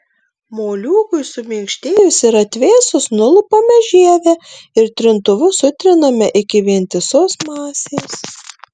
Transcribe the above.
moliūgui suminkštėjus ir atvėsus nulupame žievę ir trintuvu sutriname iki vientisos masės